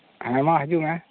ᱦᱮᱸ ᱢᱟ ᱦᱤᱡᱩᱜ ᱢᱮ